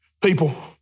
people